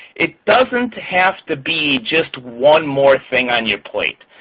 it doesn't have to be just one more thing on your plate.